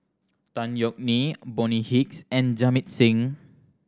Tan Yeok Nee Bonny Hicks and Jamit Singh